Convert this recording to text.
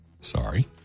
Sorry